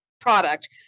product